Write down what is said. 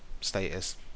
status